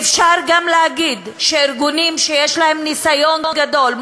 אפשר גם להגיד שארגונים שיש להם ניסיון גדול,